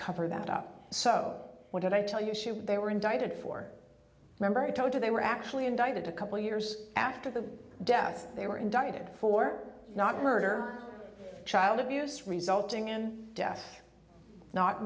cover that up so what did i tell you they were indicted for remember i told you they were actually indicted a couple years after the death they were indicted for not murder child abuse resulting in dea